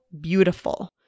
beautiful